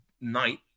night